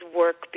work